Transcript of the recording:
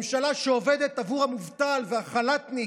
ממשלה שעובדת עבור המובטל והחל"תניק,